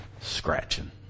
scratching